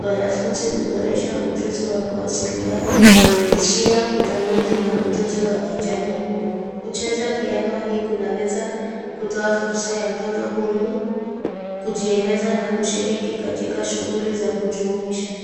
wanafunzi kuboresha ujuzi wa mawasiliano hisia, utambuzi na ujuzi wa kijamii. Kucheza piano hii kunaweza kutoa fursa ya mtoto huyu kujieleza na kushiriki katika shughuli za kujumuisha.